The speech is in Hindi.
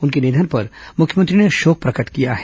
उनके निधन पर मुख्यमंत्री ने शोक प्रकट किया है